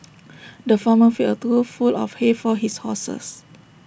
the farmer filled trough full of hay for his horses